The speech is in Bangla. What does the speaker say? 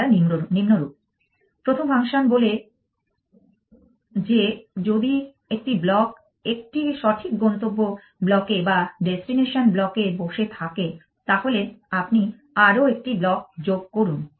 তারা নিম্নরূপ প্রথম ফাংশন বলে যে যদি একটি ব্লক একটি সঠিক গন্তব্য ব্লকে বা ডেসটিনেশন ব্লকে বসে থাকে তাহলে আপনি আরও একটি ব্লক যোগ করুন